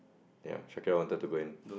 ya Shakira wanted to go and